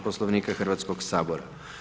Poslovnika Hrvatskog sabora.